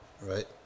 right